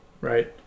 right